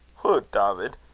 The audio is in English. hoot! dawvid,